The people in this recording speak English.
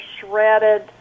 shredded